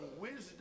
wisdom